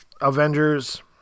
avengers